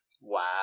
Wow